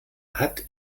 hat